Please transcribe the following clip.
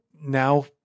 now